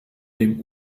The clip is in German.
dem